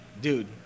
dude